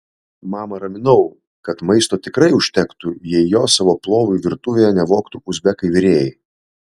mamą raminau kad maisto tikrai užtektų jei jo savo plovui virtuvėje nevogtų uzbekai virėjai